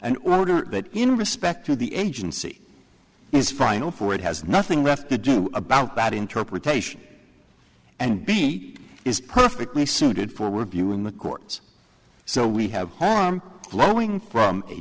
an order that in respect to the agency is fine for it has nothing left to do about that interpretation and b is perfectly suited for would be when the courts so we have harm flowing from a